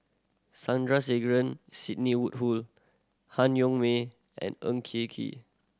Sandrasegaran Sidney Woodhull Han Yong May and Ng Kee Kee